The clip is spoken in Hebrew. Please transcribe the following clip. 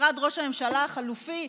משרד ראש הממשלה החלופי,